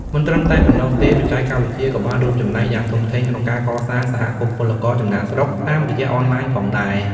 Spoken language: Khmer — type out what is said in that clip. មិនត្រឹមតែប៉ុណ្ណោះទេបច្ចេកវិទ្យាក៏បានរួមចំណែកយ៉ាងធំធេងក្នុងការកសាង សហគមន៍ពលករចំណាកស្រុក តាមរយៈអនឡាញផងដែរ ។